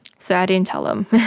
so i didn't tell them.